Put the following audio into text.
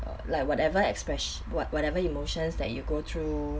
err like whatever express what whatever emotions that you go through